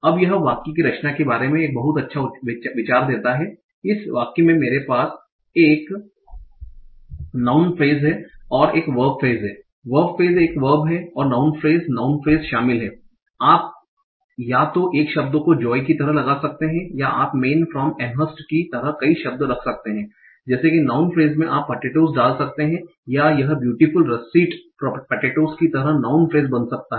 अब यह वाक्य की संरचना के बारे में एक बहुत अच्छा विचार देता है इस वाक्य में मेरे पास एक नाउँन फ्रेस और एक वर्ब फ्रेस है वर्ब फ्रेस एक वर्ब और नाउँन फ्रेस नाउँन फ्रेस शामिल है आप या तो एक शब्द को जोए की तरह लगा सकते हैं या आप मैन फ़्राम एमहर्स्ट की तरह कई शब्द रख सकते हैं जैसे कि नाउँन फ्रेस में आप पॅटेटोस डाल सकते हैं या यह ब्यूटीफुल रसिट पॅटेटोस की तरह नाउँन फ्रेस बन सकता है